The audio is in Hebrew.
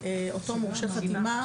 אותו מורשה חתימה,